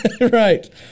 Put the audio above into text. Right